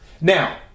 Now